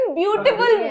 beautiful